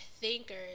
thinkers